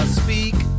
speak